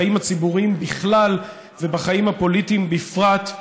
בחיים הציבוריים בכלל ובחיים הפוליטיים בפרט,